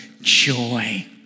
joy